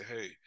hey